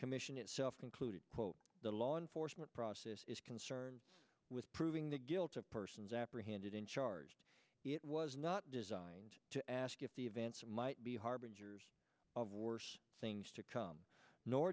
commission itself concluded quote the law enforcement process is concerned with proving the guilt of persons apprehended in charged it was not designed to ask if the events might be harbinger of worse things to come nor